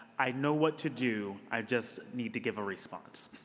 i know what to do. i just need to give a response.